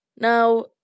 Now